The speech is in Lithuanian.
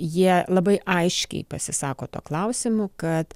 jie labai aiškiai pasisako tuo klausimu kad